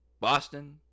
Boston